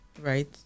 right